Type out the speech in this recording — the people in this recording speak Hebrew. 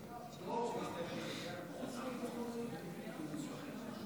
הנושא לוועדת העלייה, הקליטה והתפוצות נתקבלה.